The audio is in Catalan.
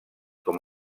com